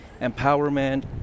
empowerment